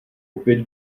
opět